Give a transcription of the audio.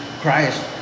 Christ